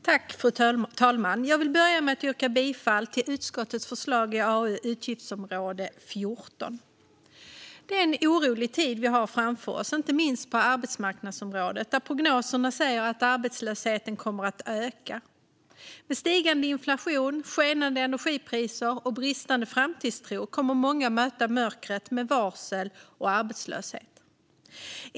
Fru talman! Jag vill börja med att yrka bifall till utskottets förslag i AU2 gällande utgiftsområde 14. Det är en orolig tid vi har framför oss, inte minst på arbetsmarknadsområdet, där prognoserna säger att arbetslösheten kommer att öka. Med stigande inflation, skenande energipriser och bristande framtidstro kommer många att möta mörkret med varsel och arbetslöshet.